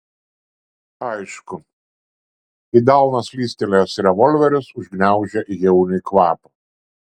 aišku į delną slystelėjęs revolveris užgniaužė jauniui kvapą